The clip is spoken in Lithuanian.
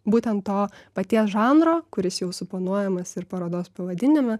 būtent to paties žanro kuris jau suponuojamas ir parodos pavadinime